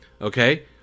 Okay